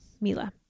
Mila